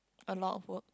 a lot of work